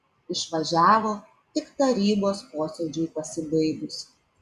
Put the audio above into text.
išvažiavo tik tarybos posėdžiui pasibaigus